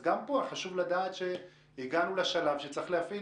אז גם פה חשוב לדעת שהגענו לשלב הזה.